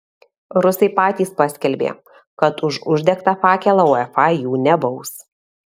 rusai patys paskelbė kad už uždegtą fakelą uefa jų nebaus